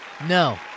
no